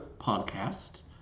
podcasts